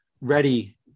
ready